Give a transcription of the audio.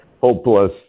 hopeless